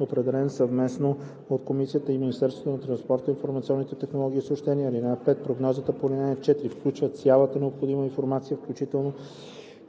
определен съвместно от комисията и Министерството на транспорта, информационните технологии и съобщенията. (5) Прогнозата по ал. 4 включва цялата необходима информация, включително